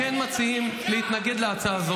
אתה משקר ואין לך בושה.